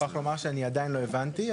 אני מוכרח לומר שאני עדיין לא הבנתי,